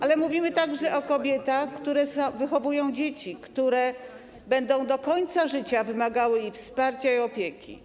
Ale mówimy także o kobietach, które wychowują dzieci, które będą do końca życia wymagały i wsparcia, i opieki.